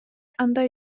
андай